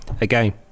again